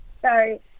sorry